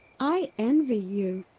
i envy you.